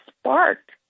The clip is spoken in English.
sparked